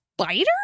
spider